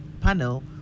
panel